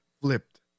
flipped